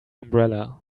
umbrella